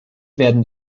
werden